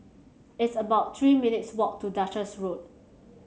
it's about Three minutes' walk to Duchess Road